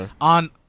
on